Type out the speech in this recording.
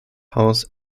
house